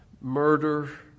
murder